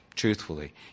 Truthfully